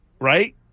right